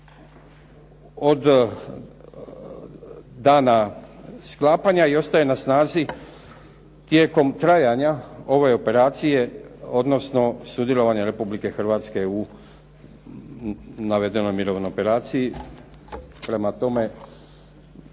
od dana sklapanja i ostaje na snazi tijekom trajanja ove operacije odnosno sudjelovanja Republike Hrvatske u navedenoj mirovnoj operaciji. Prema tome,